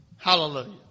Hallelujah